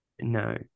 No